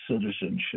citizenship